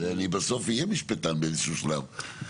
אני בסוף אהיה משפטן באיזה שהוא שלב.